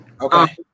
Okay